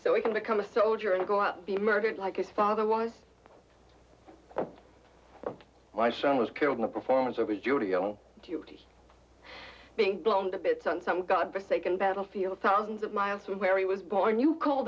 so he can become a soldier and go out and be murdered like his father was and my son was killed in a performance over studio duty being blown to bits on some god but taken battlefield thousands of miles from where he was born you call